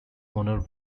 owner